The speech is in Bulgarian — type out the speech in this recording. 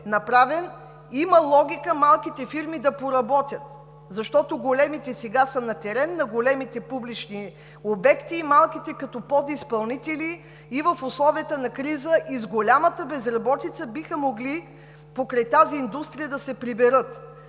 има логика малките фирми да поработят, защото големите сега са на терен на големите публични обекти и малките като подизпълнители и в условията на криза, и с голямата безработица, биха могли покрай тази индустрия да се приберат.